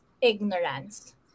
ignorance